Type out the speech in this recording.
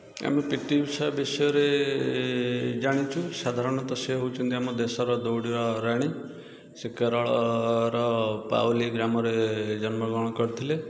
ଆମେ ପିଟି ଉଷା ବିଷୟରେ ଜାଣିଛୁ ସାଧାରଣତଃ ସେ ହେଉଛନ୍ତି ଆମ ଦେଶର ଦୌଡ଼ରାଣୀ ସେ କେରଳର ପାଉଲି ଗ୍ରାମରେ ଜନ୍ମ ଗ୍ରହଣ କରିଥିଲେ